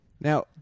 Now